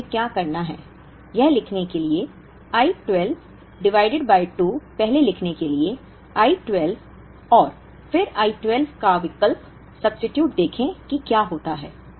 अब हमें क्या करना है यह लिखने के लिए I 12 डिवाइडेड बाय 2 पहले लिखने के लिए I 12 और फिर I 12 का विकल्प सब्सीट्यूट देखें कि क्या होता है